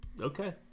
Okay